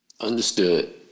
Understood